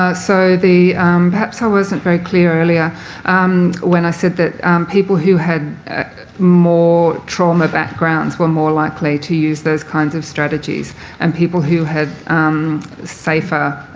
ah so the perhaps i wasn't very clear earlier when i said that people who had more trauma backgrounds were more likely to use those kinds of strategies and people who had safer,